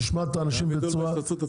נשמע את האנשים בצורה --- רק משפט אחד.